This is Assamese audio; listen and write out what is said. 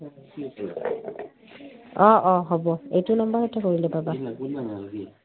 অঁ অঁ হ'ব এইটো নম্বাৰতে কৰিলে পাবা